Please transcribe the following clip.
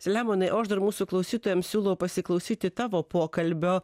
selemonai o aš dar mūsų klausytojams siūlau pasiklausyti tavo pokalbio